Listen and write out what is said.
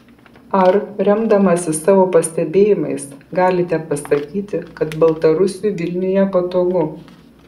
ar remdamasis savo pastebėjimais galite pasakyti kad baltarusiui vilniuje patogu